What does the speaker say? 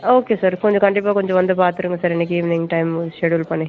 okay sir கொஞ்சம் கண்டிப்பாக கொஞ்சம் வந்து பார்த்துருங்க சார் இன்னைக்கு ஈவ்னிங் டைம் ஷெட்யூல் பண்ணி